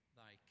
thy